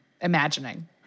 imagining